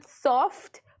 soft